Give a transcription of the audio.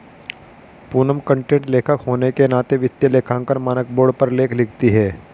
Poonam content लेखक होने के नाते वित्तीय लेखांकन मानक बोर्ड पर लेख लिखती है